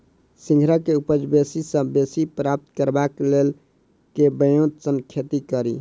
सिंघाड़ा केँ उपज बेसी सऽ बेसी प्राप्त करबाक लेल केँ ब्योंत सऽ खेती कड़ी?